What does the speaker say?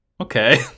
Okay